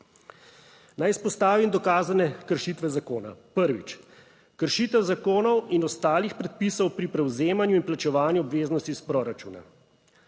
Naj izpostavim dokazane kršitve zakona. Prvič, kršitev zakonov in ostalih predpisov pri prevzemanju in plačevanju obveznosti iz proračuna.